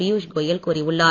பியுஷ் கோயல் கூறியுள்ளார்